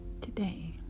today